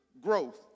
growth